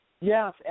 Yes